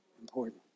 important